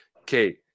okay